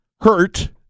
hurt